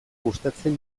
gustatzen